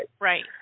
right